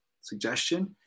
suggestion